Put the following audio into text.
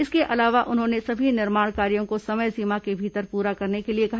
इसके अलावा उन्होंने सभी निर्माण कार्यों को समय सीमा के भीतर पूरा करने के लिए कहा